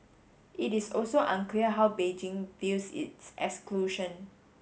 it is also unclear how Beijing views its exclusion